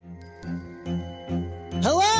Hello